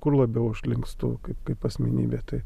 kur labiau aš linkstu kaip kaip asmenybė tai